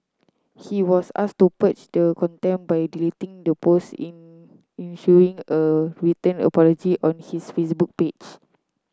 he was asked to purge the contempt by deleting the post in issuing a written apology on his Facebook page